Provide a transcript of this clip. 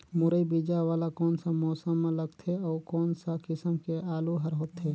मुरई बीजा वाला कोन सा मौसम म लगथे अउ कोन सा किसम के आलू हर होथे?